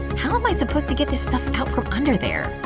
how am i supposed to get this stuff out from under there?